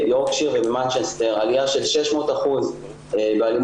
יש ביורקשייר ובמנצ'סטר עלייה של 600% באלימות